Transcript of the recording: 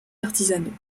artisanaux